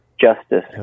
justice